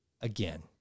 again